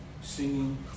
singing